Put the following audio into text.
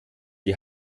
die